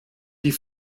die